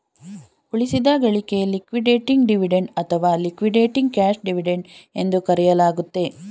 ಉಳಿಸಿದ ಗಳಿಕೆ liquidating dividend ಅಥವಾ ಲಿಕ್ವಿಡೇಟಿಂಗ್ ಕ್ಯಾಶ್ ಡಿವಿಡೆಂಡ್ ಎಂದು ಕರೆಯಲಾಗುತ್ತೆ